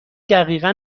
دقیقا